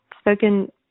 spoken